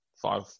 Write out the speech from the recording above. five